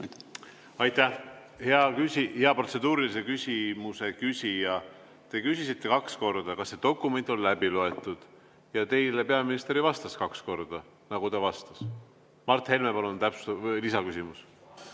Aitäh! Hea protseduurilise küsimuse küsija, te küsisite kaks korda, kas see dokument on läbi loetud, ja teile peaminister vastas kaks korda, nagu ta vastas. Mart Helme, palun, lisaküsimus!